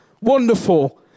Wonderful